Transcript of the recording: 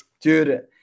dude